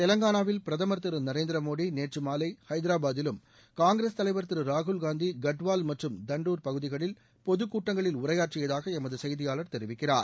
தெலங்கானாவில் பிரதமர் திரு நரேந்திர மோடி நேற்று மாலை ஹைதரபாத்திலும் காங்கிரஸ் தலைவர் திரு ராகுல் காந்தி கட்வால் மற்றும் தண்டுர் பகுதிகளில் பொதுக் கூட்டங்களில் உரையாற்றியதாக எமது செய்தியாளர் தெரிவிக்கிறார்